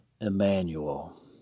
Emmanuel